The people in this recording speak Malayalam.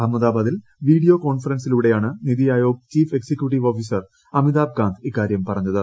അഹമ്മദാബാദിൽ വീഡിയോ കോൺഫൻസിലൂടെയാണ് Niti Aayog chief executive officer Amitabh Kant ഇക്കാര്യം പറഞ്ഞത്